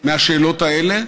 מהשאלות האלה,